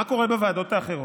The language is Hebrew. מה קורה בוועדות האחרות?